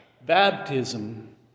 Baptism